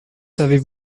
savez